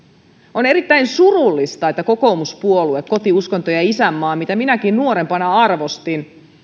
on erittäin surullista että kokoomuspuolue koti uskonto ja ja isänmaa mitä minäkin nuorempana arvostin